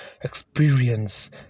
experience